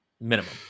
Minimum